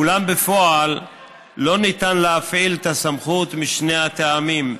אולם בפועל לא ניתן להפעיל את הסמכות, משני טעמים: